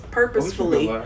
purposefully